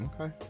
Okay